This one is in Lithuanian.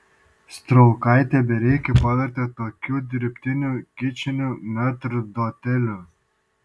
straukaitė bareikį pavertė tokiu dirbtiniu kičiniu metrdoteliu